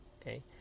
okay